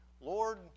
Lord